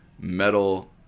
metal